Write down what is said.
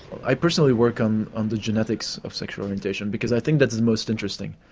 i personally work on on the genetics of sexual orientation because i think that it's most interesting.